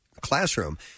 classroom